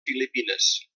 filipines